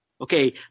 Okay